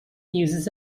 uses